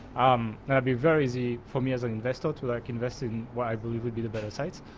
um and be very easy for me as an investor to like, invest in what i believe would be the better sites.